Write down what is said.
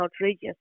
outrageous